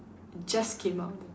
just came out